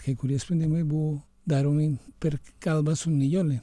kai kurie sprendimai buvo daromi per kalbą su nijole